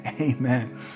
Amen